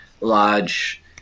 large